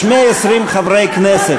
יש 120 חברי כנסת.